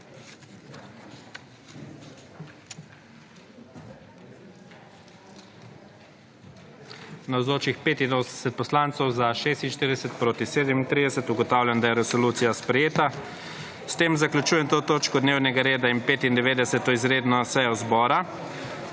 37. (Za je glasovalo 46.) (Proti 37.) Ugotavljam, da je resolucija sprejeta. S tem zaključujem to točko dnevnega reda in 95. izredno sejo zbora.